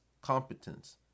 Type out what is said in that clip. competence